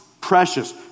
precious